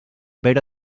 pere